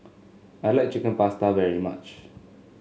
I like Chicken Pasta very much